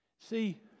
See